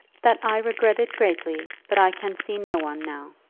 that i regret it greatly, but i can see no one now.